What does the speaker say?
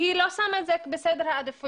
כי היא לא שמה את זה בסדר העדיפויות.